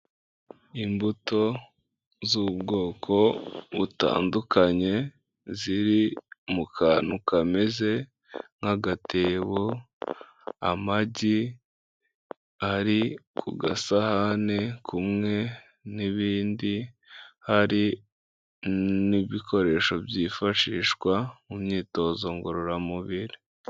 Imbuto z'ubwoko butandukanye ziri mu kantu kameze nk'agatebo; amagi ari ku gasahane kumwe n'ibindi; hari n'ibikoresho byifashishwa mu myitozo ngororamubiri.